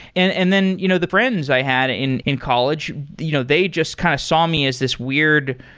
and and then you know the friends i had in in college, you know they just kind of saw me as this weird,